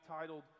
titled